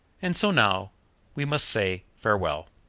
and so now we must say farewell.